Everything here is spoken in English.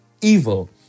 evil